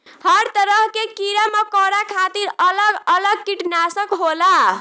हर तरह के कीड़ा मकौड़ा खातिर अलग अलग किटनासक होला